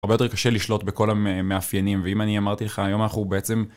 הרבה יותר קשה לשלוט בכל המאפיינים, ואם אני אמרתי לך היום אנחנו בעצם...